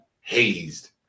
hazed